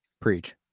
Preach